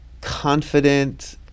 confident